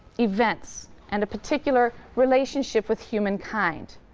events and a particular relationship with humankind.